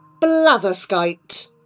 Blatherskite